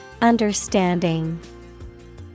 Understanding